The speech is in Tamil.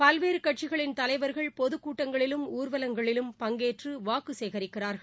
பல்வேறு கட்சிகளின் தலைவர்கள் பொதுக் கூட்டங்களிலும் ஊர்வலங்களிலும் பங்கேற்று வாக்கு சேகரிக்கிறார்கள்